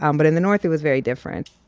um but in the north, it was very different